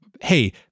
hey